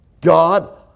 God